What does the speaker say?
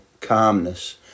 calmness